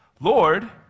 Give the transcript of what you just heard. Lord